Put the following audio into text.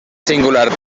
singular